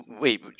wait